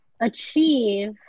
achieve